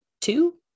two